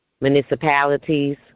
municipalities